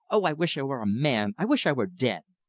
oh, i wish i were a man i wish i were dead!